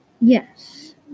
Yes